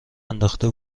انداخته